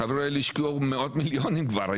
החברים האלה השקיעו מאות מיליונים כבר,